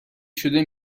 شده